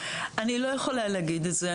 אני לא יכולה להגיד את זה.